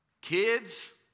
kids